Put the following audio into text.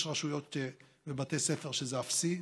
יש רשויות ובתי ספר שזה אפסי,